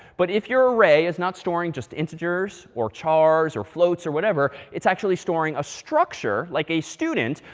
but if your array is not storing just integers, or chars, or floats, or whatever, it's actually storing a structure, like a student,